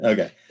Okay